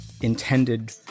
intended